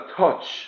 touch